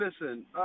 listen